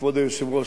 כבוד היושב-ראש,